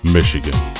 Michigan